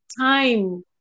time